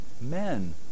men